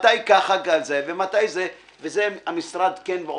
מתי זה ומתי זה - וזה המשרד כן יכול היה,